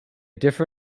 differ